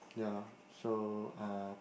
ya so uh